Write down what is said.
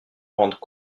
rendent